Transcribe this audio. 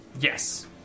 yes